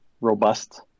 Robust